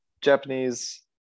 Japanese